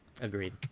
Agreed